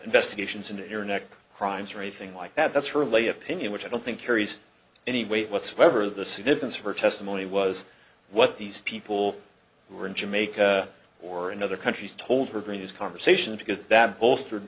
investigations into your neck crimes or anything like that that's really opinion which i don't think carries any weight whatsoever the significance of her testimony was what these people who were in jamaica or in other countries told her bring this conversation because that bolstered